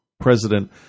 president